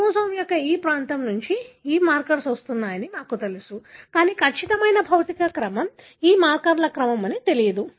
chromosome యొక్క ఈ ప్రాంతం నుండి ఈ మార్కర్స్ వస్తున్నాయని మాకు తెలుసు కానీ ఖచ్చితమైన భౌతిక క్రమం ఈ మార్కర్ల క్రమం తెలియదు